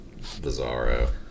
bizarro